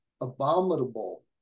abominable